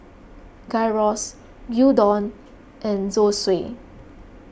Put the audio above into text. Gyros Gyudon and Zosui